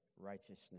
righteousness